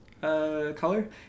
color